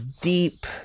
deep